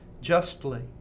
Justly